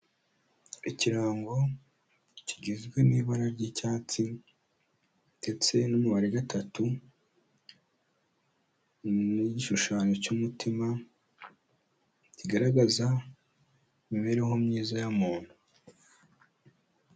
Ikirango kigizwe n'ibara ry'icyatsi ndetse n'umubare gatatu n'igishushanyo cy'umutima, kigaragaza imibereho myiza ya muntu.